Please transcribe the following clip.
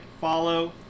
follow